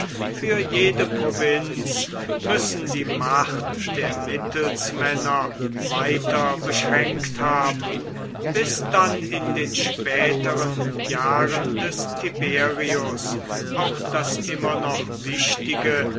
für jede provinz müssen die macht der mittelsmänner weiter beschränkt haben bis dann in den späteren jahren des tiberius auch das immer noch wichtige